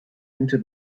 into